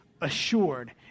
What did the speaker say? assured